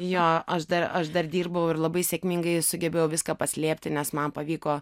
jo aš dar aš dar dirbau ir labai sėkmingai sugebėjau viską paslėpti nes man pavyko